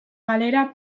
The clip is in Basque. galera